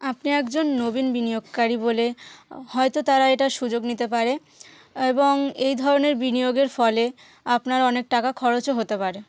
আপনি একজন নবীন বিনিয়োগকারী বলে হয়তো তারা এটার সুযোগ নিতে পারে এবং এই ধরনের বিনিয়োগের ফলে আপনার অনেক টাকা খরচও হতে পারে